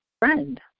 friend